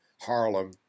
Harlem